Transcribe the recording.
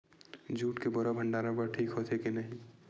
Jute के बोरा भंडारण बर ठीक होथे के नहीं?